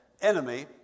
enemy